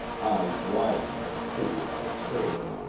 eyes widened on the figure by the stove.